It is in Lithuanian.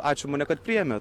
ačiū mane kad priėmėt